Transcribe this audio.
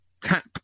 tap